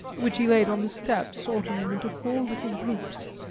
which he laid on the step, sorting them into four little groups,